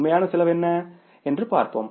உண்மையான செலவு என்ன என்று பார்ப்போம்